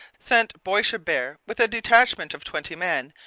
sent boishebert, with a detachment of twenty men,